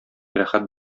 рәхәт